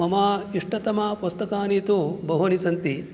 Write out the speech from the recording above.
मम इष्टतमपुस्तकानि तु बहूनि सन्ति